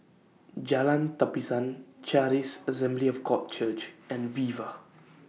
Jalan Tapisan Charis Assembly of God Church and Viva